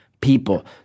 people